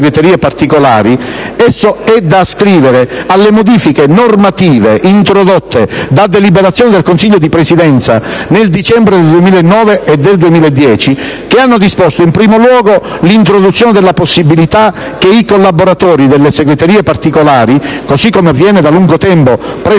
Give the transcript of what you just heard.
esso è da ascrivere alle modifiche normative introdotte da deliberazioni del Consiglio di Presidenza del dicembre 2009 e del 2010 che hanno disposto, in primo luogo, l'introduzione della possibilità che i collaboratori delle segreterie particolari - così come avviene da lungo tempo presso l'altro ramo del Parlamento